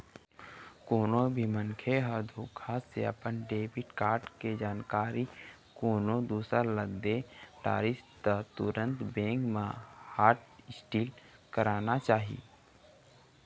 कोनो भी मनखे ह धोखा से अपन डेबिट कारड के जानकारी कोनो दूसर ल दे डरिस त तुरते बेंक म हॉटलिस्ट कराना चाही